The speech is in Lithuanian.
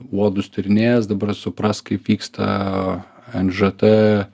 uodus tyrinėjęs dabar supras kaip vyksta nžt